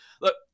Look